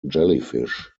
jellyfish